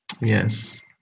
Yes